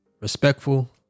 respectful